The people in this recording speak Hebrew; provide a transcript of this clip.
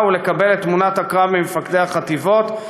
ולקבל את תמונת הקרב ממפקדי החטיבות,